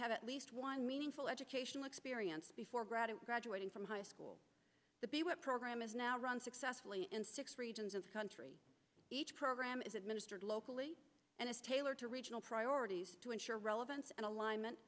have at least one meaningful educational experience before graduate graduating from high school to be what program is now run successfully in six regions of the country each program is administered locally and is tailored to regional priorities to ensure relevance and alignment